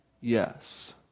Yes